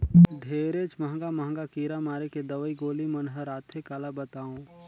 ढेरेच महंगा महंगा कीरा मारे के दवई गोली मन हर आथे काला बतावों